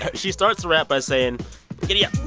she starts the rap by saying giddyup